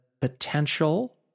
potential